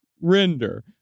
Render